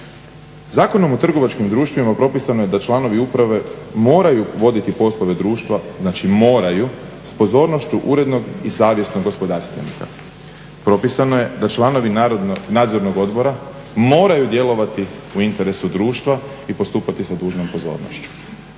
Zakonom o trgovačkim društvima propisano je da članovi uprave moraju voditi poslove društva, znači moraju, s pozornošću urednog i savjesnog gospodarstvenika. Propisano je da članovi nadzornog odbora moraju djelovati u interesu društva i postupati sa dužnom pozornošću.